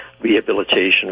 rehabilitation